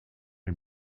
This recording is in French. est